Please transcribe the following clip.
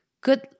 good